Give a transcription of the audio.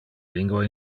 lingua